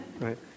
right